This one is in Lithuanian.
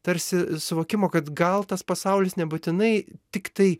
tarsi suvokimo kad gal tas pasaulis nebūtinai tiktai